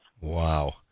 Wow